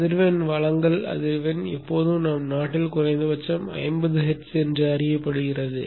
அதிர்வெண் வழங்கல் அதிர்வெண் எப்போதும் நம் நாட்டில் குறைந்தபட்சம் 50 ஹெர்ட்ஸ் என்று அறியப்படுகிறது